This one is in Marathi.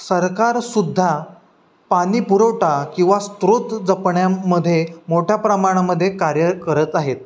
सरकारसुद्धा पाणी पुरवठा किंवा स्त्रोत जपण्यामध्ये मोठ्या प्रमाणामध्ये कार्य करत आहेत